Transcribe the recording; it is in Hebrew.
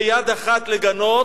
ביד אחת לגנות,